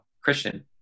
Christian